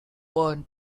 one